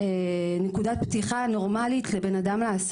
זו לא נקודה פתיחה נורמלית לבן אדם.